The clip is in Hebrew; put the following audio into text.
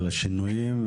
על השינויים,